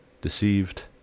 deceived